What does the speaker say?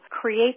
create